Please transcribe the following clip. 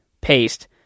paste